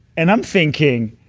and i'm thinking.